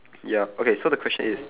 ya okay so the question is